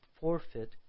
forfeit